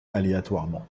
aléatoirement